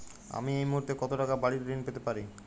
আমি এই মুহূর্তে কত টাকা বাড়ীর ঋণ পেতে পারি?